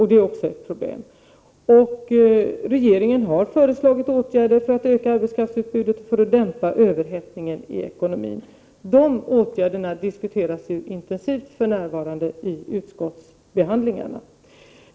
Det är också ett problem. Regeringen har föreslagit åtgärder för att öka arbetskraftsutbudet och för att dämpa överhettningen i ekonomin. De åtgärderna diskuteras för närvarande intensivt i utskottsbehandlingarna.